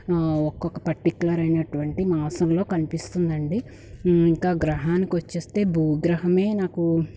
ఒక్కొక్క పర్టికులర్ అయినటువంటి మాసంలో కనిపిస్తుంది అండి ఇంకా గ్రహానికి వచ్చేసి భూగ్రహమే నాకు